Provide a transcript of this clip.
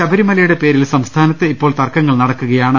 ശബരിമലയുടെ പേരിൽ സംസ്ഥാനത്ത് ഇപ്പോൾ തർക്കങ്ങൾ നടക്കുകയാണ്